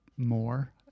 more